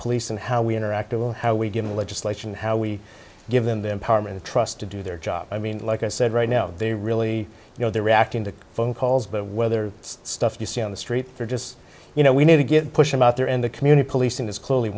police and how we interact will how we give the legislation how we give them the empowerment the trust to do their job i mean like i said right now they really you know they're reacting to phone calls but whether it's stuff you see on the street or just you know we need to get push him out and the community policing is clearly